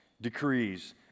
decrees